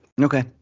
Okay